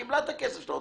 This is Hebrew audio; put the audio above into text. היא קיבלה את הכסף שלה.